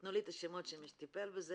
תנו לי את השמות של מי שטיפל בזה,